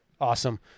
Awesome